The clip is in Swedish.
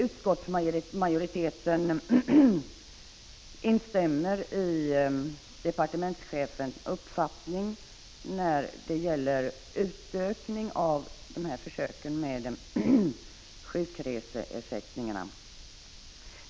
Utskottsmajoriteten instämmer i departementschefens uppfattning när det gäller förslaget om utökning av dessa försök till att omfatta även sjukreseersättningar.